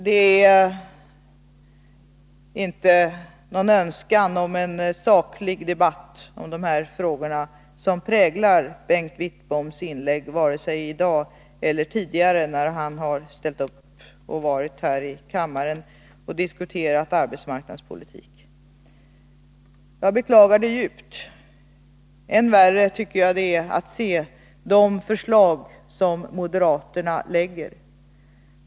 Det är inte någon önskan om en saklig debatt kring dessa frågor som präglar Bengt Wittboms inlägg vare sig i dag eller tidigare när han diskuterat arbetsmarknadspolitik här i kammaren. Jag beklagar detta djupt. Än värre tycker jag det är att se de förslag som moderaterna lägger fram.